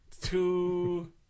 Two